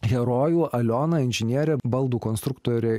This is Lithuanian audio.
herojų aliona inžinierė baldų konstruktorė